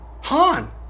Han